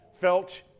felt